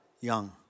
young